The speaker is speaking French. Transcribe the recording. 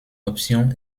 option